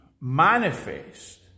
manifest